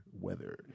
weather